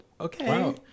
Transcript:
okay